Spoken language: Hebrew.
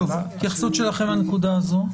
התייחסות שלכם לנקודה הזאת.